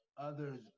others